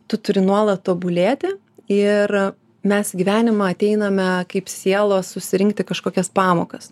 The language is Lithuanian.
tu turi nuolat tobulėti ir mes į gyvenimą ateiname kaip sielos susirinkti kažkokias pamokas